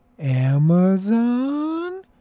Amazon